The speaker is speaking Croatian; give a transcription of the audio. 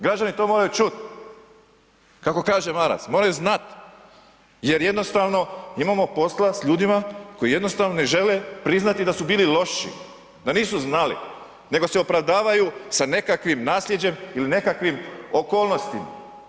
Građani to moraju čut, kako kaže Maras, moraju znat jer jednostavno imamo posla s ljudima koji jednostavno ne žele priznati da su bili loši, da nisu znali nego se opravdavaju sa nekakvim nasljeđem ili nekakvim okolnostima.